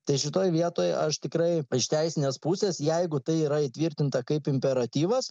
tai šitoj vietoj aš tikrai iš teisinės pusės jeigu tai yra įtvirtinta kaip imperatyvas